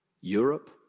Europe